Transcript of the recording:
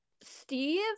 Steve